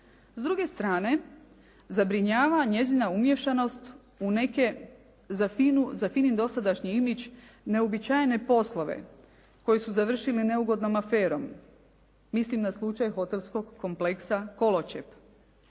S druge strane zabrinjava njezina umiješanost u neke za FINA-u, za FINA-inin dosadašnji imidž neuobičajene poslove koji su završili neugodnom aferom. Mislim na slučaj hotelskog kompleksa «Koločep».